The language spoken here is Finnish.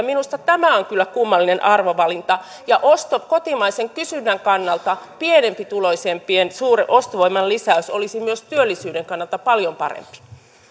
minusta tämä on kyllä kummallinen arvovalinta kotimaisen kysynnän kannalta pienituloisempien ostovoiman lisäys olisi myös työllisyyden kannalta paljon parempi